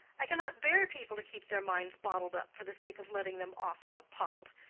i cannot bear people to keep their minds bottled up for the sake of letting them off with a pop.